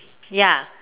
ya